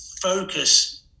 focus